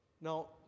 Now